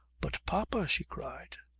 but, papa, she cried,